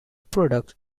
products